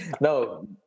no